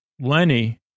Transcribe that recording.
Lenny